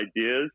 ideas